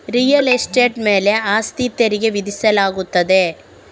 real estate ಮೇಲೆ ಆಸ್ತಿ ತೆರಿಗೆ ವಿಧಿಸಲಾಗುತ್ತದೆ